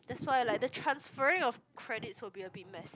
that's why like the transferring of credits will be a bit messy